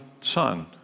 Son